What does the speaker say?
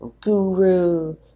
guru